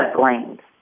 blamed